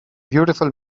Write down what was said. beautiful